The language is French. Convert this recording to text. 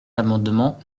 l’amendement